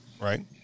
right